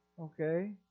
Okay